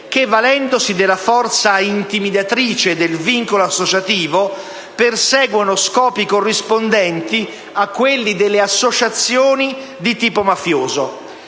che, valendosi della forza intimidatrice del vincolo associativo, perseguano scopi corrispondenti a quelli delle associazioni di tipo mafioso.